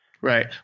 Right